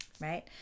right